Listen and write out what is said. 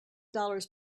dollars